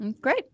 Great